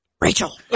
Rachel